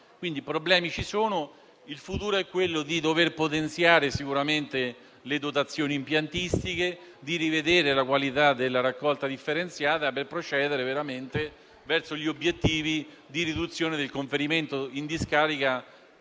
Il futuro è quello di dover potenziare le dotazioni impiantistiche e di rivedere la qualità della raccolta differenziata per procedere veramente verso gli obiettivi di riduzione del conferimento in discarica,